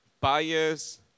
buyers